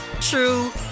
true